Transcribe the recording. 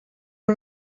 her